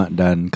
dan